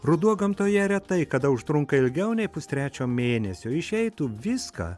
ruduo gamtoje retai kada užtrunka ilgiau nei pustrečio mėnesio išeitų viską